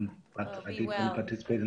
חשוב לספר על